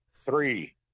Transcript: three